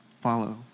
follow